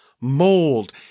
mold